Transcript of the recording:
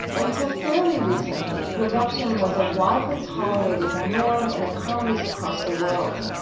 until fairly recently, corruption was a widely tolerated norm in economies across the world.